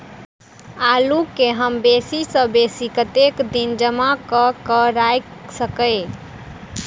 आलु केँ हम बेसी सऽ बेसी कतेक दिन जमा कऽ क राइख सकय